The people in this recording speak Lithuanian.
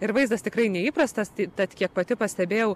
ir vaizdas tikrai neįprastas tai tad kiek pati pastebėjau